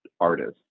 artists